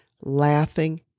laughing